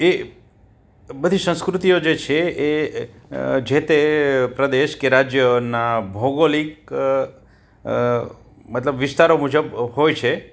એ બધી સંસ્કૃતિઓ જે છે એ જેતે પ્રદેશ કે રાજ્યના ભૌગોલિક મતલબ વિસ્તારો મુજબ હોય છે